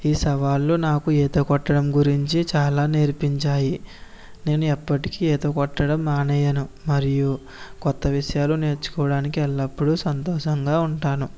ఈ సవాళ్లు నాకు ఈత కొట్టడం గురించి చాలా నేర్పించాయి నేను ఎప్పటికి ఈత కొట్టడం మానేయాను మరియు కొత్త విషయాలు నేర్చుకోవడానికి ఎల్లప్పుడూ సంతోషంగా ఉంటాను